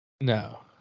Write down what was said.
no